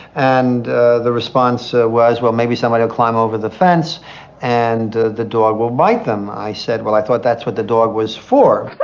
and the the response ah was, well maybe someone will climb over the fence and the the dog will might them. i said, well i thought that's what the dog was for.